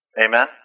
Amen